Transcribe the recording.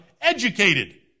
educated